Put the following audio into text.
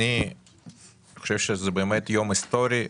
אני חושב שזה יום היסטורי,